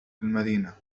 المدينة